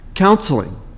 counseling